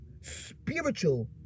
spiritual